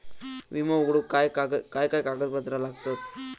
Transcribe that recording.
विमो उघडूक काय काय कागदपत्र लागतत?